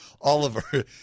Oliver